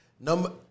Number